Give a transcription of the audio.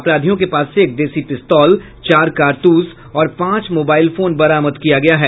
अपराधियों के पास से एक देशी पिस्तौल चार कारतूस और पांच मोबाइल फोन बरामद किया गया है